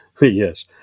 yes